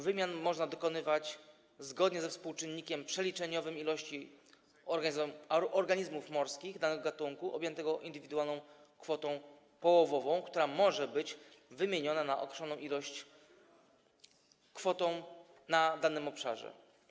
Wymian można dokonywać zgodnie ze współczynnikiem przeliczeniowym ilości organizmów morskich danego gatunku objętego indywidualną kwotą połowową, która może być wymieniona na ilość określoną kwotą na danym obszarze.